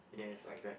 yes like that